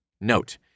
Note